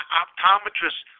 optometrist